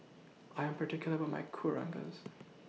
I'm particular about My Kueh Rengas